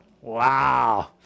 Wow